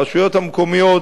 ברשויות המקומיות